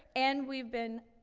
and we've been, ah,